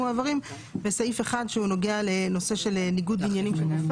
ויש סעיף אחד שנוגע לניגוד עניינים של רופא,